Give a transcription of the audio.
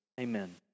Amen